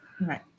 right